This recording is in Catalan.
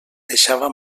deixava